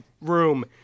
room